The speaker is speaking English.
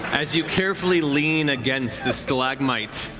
as you carefully lean against the stalagmite